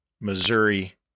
Missouri